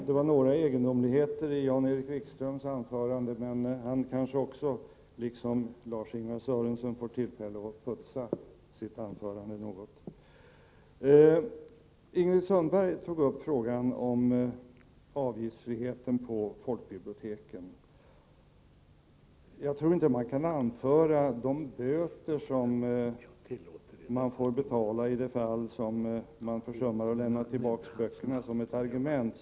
Herr talman! Ingrid Sundberg tog upp frågan om avgiftsfriheten på folkbiblioteken. Jag tror inte att man kan anföra de böter som man får betala i de fall man försummar att lämna tillbaka böckerna som ett argument.